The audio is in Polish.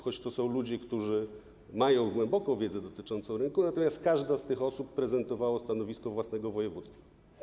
Choć to są ludzie, którzy mają głęboką wiedzę dotyczącą rynku, to każda z tych osób prezentowała stanowisko własnego województwa.